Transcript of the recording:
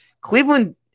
Cleveland